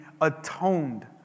atoned